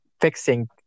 fixing